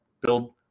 build